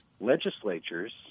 legislatures